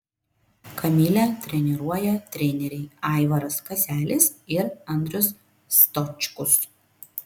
kamilę treniruoja treneriai aivaras kaselis ir andrius stočkus